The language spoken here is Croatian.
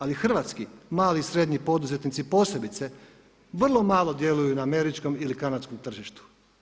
Ali hrvatski mali i srednji poduzetnici posebice vrlo malo djeluju na američkom ili kanadskom tržištu.